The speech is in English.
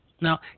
Now